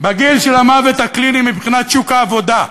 בגיל של המוות הקליני מבחינת שוק העבודה,